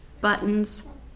buttons